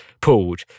pulled